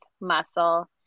muscle